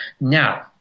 now